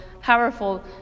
powerful